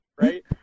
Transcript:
right